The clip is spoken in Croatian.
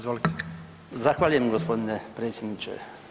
Zahvaljujem gospodine predsjedniče.